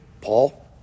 Paul